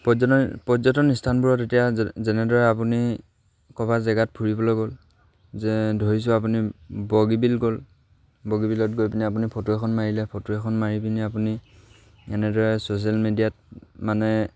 পৰ্যটন পৰ্যটন স্থানবোৰত এতিয়া যেনেদৰে আপুনি ক'ৰবাত জেগাত ফুৰিবলৈ গ'ল যে ধৰিছোঁ আপুনি বগীবিল গ'ল বগীবিলত গৈ পিনি আপুনি ফটো এখন মাৰিলে ফটো এখন মাৰি পিনি আপুনি এনেদৰে ছ'চিয়েল মিডিয়াত মানে